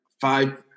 five